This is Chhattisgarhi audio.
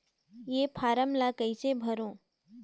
ये फारम ला कइसे भरो?